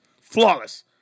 Flawless